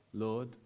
Lord